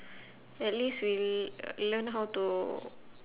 at least we l~ learn how to